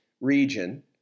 region